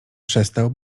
przestał